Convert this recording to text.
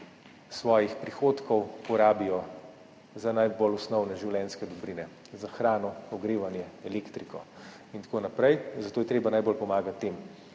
svojih prihodkov porabijo za najbolj osnovne življenjske dobrine, za hrano, ogrevanje, elektriko in tako naprej, zato je treba najbolj pomagati tem.